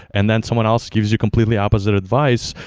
and then someone else gives you completely opposite advice.